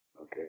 okay